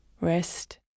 Rest